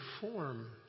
form